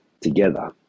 together